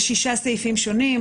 יש שישה סעיפים שונים,